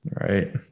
Right